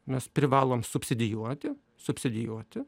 mes privalom subsidijuoti subsidijuoti